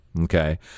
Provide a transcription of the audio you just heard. Okay